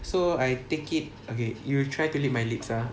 so I take it okay you try to read my lips ah